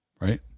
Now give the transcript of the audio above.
right